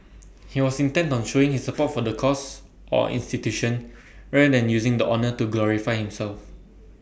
he was intent on showing his support for the cause or institution rather than using the honour to glorify himself